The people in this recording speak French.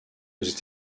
aux